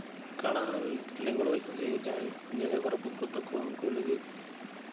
ᱠᱟᱬᱟ ᱞᱮᱝᱲᱚᱡ ᱡᱮ ᱡᱟᱭ ᱡᱟᱦᱟᱸᱭ ᱡᱟᱸᱜᱟ ᱠᱚ ᱨᱟᱹᱯᱩᱫ ᱠᱚᱜ ᱛᱟᱠᱚᱣᱟ ᱩᱱᱠᱩ ᱞᱟᱹᱜᱤᱫ